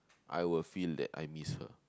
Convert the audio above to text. I will feel that I miss her